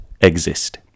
exist